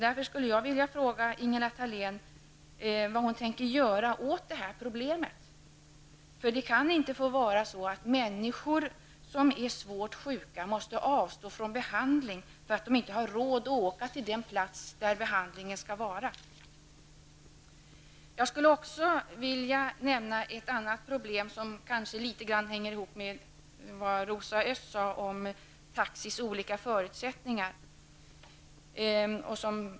Jag skulle därför vilja fråga Ingela Thalén vad hon tänker göra åt det här problemet. Det kan inte få vara så att människor som är svårt sjuka måste avstå från behandling därför att de inte har råd att åka till den plats där behandlingen utförs. Jag skulle också vilja nämna ett annat problem, som kanske hänger ihop med vad Rosa Östh sade om taxis olika förutsättningar.